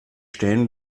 stehen